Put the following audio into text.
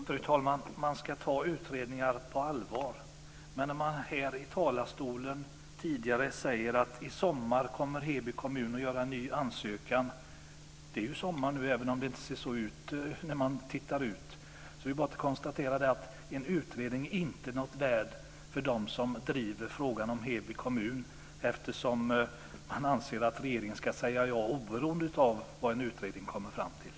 Fru talman! Man ska ta utredningar på allvar. Men här sägs att Heby kommun kommer att göra en ny ansökan i sommar. Det är sommar nu, även om det inte ser så ut. Det betyder att en utredning inte är något värd för dem som driver frågan om Heby kommun, eftersom man anser att regeringen ska säga ja oberoende av vad en utredning kommer fram till.